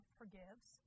forgives